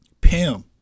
Pim